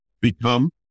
become